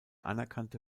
anerkannte